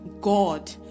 God